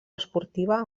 esportiva